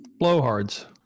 blowhards